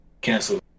cancel